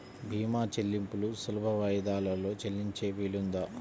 భీమా చెల్లింపులు సులభ వాయిదాలలో చెల్లించే వీలుందా?